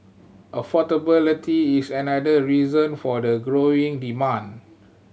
affordability is another reason for the growing demand